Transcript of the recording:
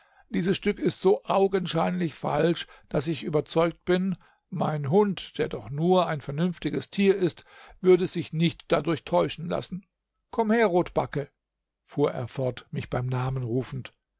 dieses stück ist so augenscheinlich falsch daß ich überzeugt bin mein hund der doch nur ein unvernünftiges tier ist würde sich nicht dadurch täuschen lassen komm her rotbacke fuhr er fort mich beim namen rufend